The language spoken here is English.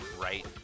right